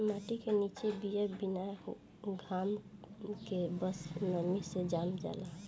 माटी के निचे बिया बिना घाम के बस नमी से जाम जाला